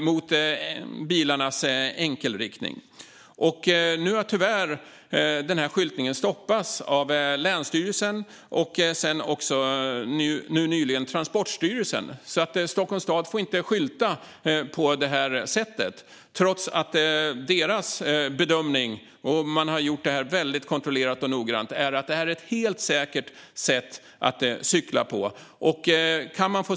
Nu har denna skyltning tyvärr stoppats av länsstyrelsen, och nyligen även av Transportstyrelsen, så Stockholms stad får inte skylta på det här sättet trots att bedömningen - man har gjort detta väldigt kontrollerat och noggrant - är att det är ett helt säkert sätt att cykla på.